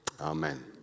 amen